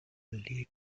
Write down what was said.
lead